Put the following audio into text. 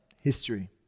history